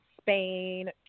Spain